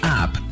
app